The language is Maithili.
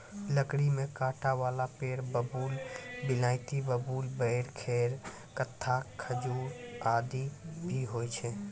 लकड़ी में कांटा वाला पेड़ बबूल, बिलायती बबूल, बेल, खैर, कत्था, खजूर आदि भी होय छै